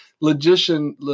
Logician